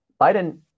Biden